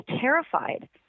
terrified